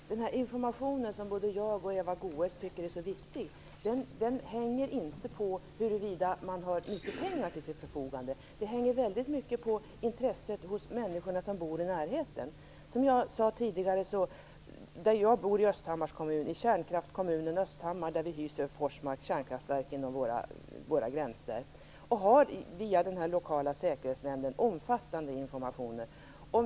Fru talman! Den information som både jag och Eva Goës tycker är så viktig hänger inte på huruvida man har mycket pengar till sitt förfogande. Det beror väldigt mycket på intresset hos människorna som bor i närheten. Som jag tidigare sade bor jag i kärnkraftskommunen Östhammar, där vi hyser Forsmarks kärnkraftverk inom våra gränser. Vi har via den lokala säkerhetsnämnden gett omfattande informationer.